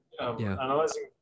analyzing